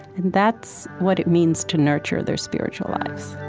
and that's what it means to nurture their spiritual lives